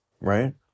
Right